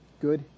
good